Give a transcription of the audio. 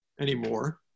anymore